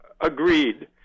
agreed